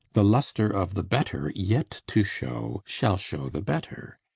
the lustre of the better yet to show shall show the better,